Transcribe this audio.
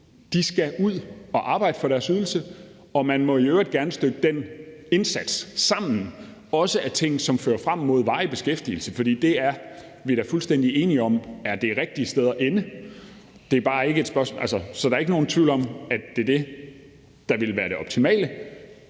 de skal ud og arbejde for deres ydelse. Man må i øvrigt gerne stykke den indsats sammen af ting, som fører frem mod varig beskæftigelse. Det er vi da fuldstændig enige om er det rigtige sted at ende. Så der er ikke nogen tvivl om, at det er det, der ville være det optimale,